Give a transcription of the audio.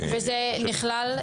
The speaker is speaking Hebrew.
נעמה לזימי (יו"ר הוועדה המיוחדת לענייני צעירים): זה נכלל?